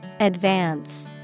Advance